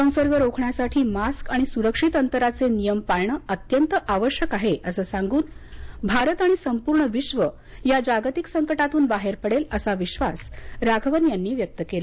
संसर्ग रोखण्यासाठी मास्क आणि सुरक्षित अंतराचे नियम पाळणं अत्यंत आवश्यक आहे असं सांगून भारत आणि संपूर्ण विश्व या जागतिक संकटातून बाहेर पडेल असा विश्वास राघवन यांनी व्यक्त केला